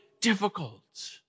difficult